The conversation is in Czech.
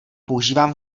používám